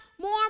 More